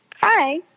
Hi